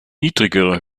niedrigere